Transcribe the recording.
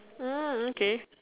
hmm okay